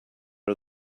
are